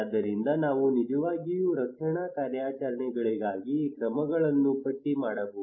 ಆದ್ದರಿಂದ ನಾವು ನಿಜವಾಗಿಯೂ ರಕ್ಷಣಾ ಕಾರ್ಯಾಚರಣೆಗಳಿಗಾಗಿ ಕ್ರಮಗಳನ್ನು ಪಟ್ಟಿ ಮಾಡಬಹುದು